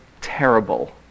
terrible